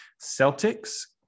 Celtics